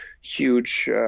huge